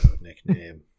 nickname